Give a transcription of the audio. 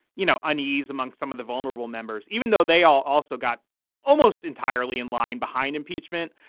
you know, unease among some of the vulnerable members, even though they all also got almost entirely in line behind impeachment.